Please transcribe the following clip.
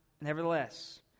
Nevertheless